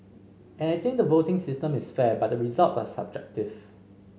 and I think the voting system is fair but the results are subjective